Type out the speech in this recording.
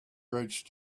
reach